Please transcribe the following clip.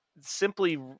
simply